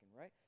right